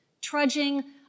trudging